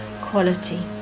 quality